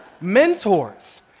mentors